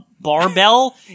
barbell